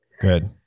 Good